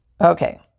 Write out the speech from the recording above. okay